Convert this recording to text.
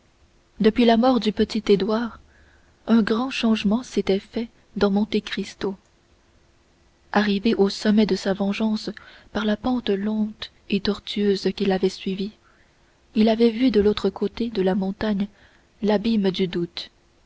depuis la mort du petit édouard un grand changement s'était fait dans monte cristo arrivé au sommet de sa vengeance par la pente lente et tortueuse qu'il avait suivie il avait vu de l'autre côté de la montagne l'abîme du doute